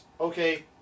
Okay